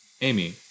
Amy